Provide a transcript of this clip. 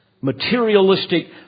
materialistic